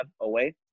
away